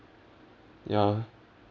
ya